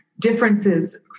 differences